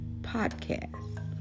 Podcast